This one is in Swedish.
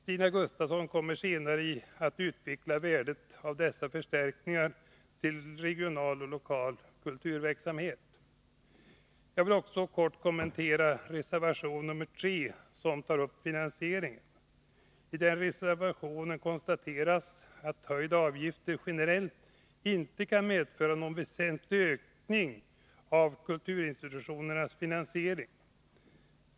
Stina Gustavsson kommer senare att utveckla värdet av dessa förstärkningar till regional och lokal kulturverksamhet. Jag vill också kort kommentera reservation nr 3, som tar upp finansieringen av kulturutbudet. I den reservationen konstateras att höjda avgifter generellt inte kan medföra någon väsentlig ökning av kulturinstitutionernas finansiering.